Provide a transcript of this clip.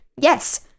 yes